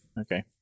okay